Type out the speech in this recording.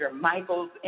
Michael's